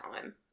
time